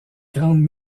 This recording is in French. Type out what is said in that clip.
grandes